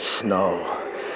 snow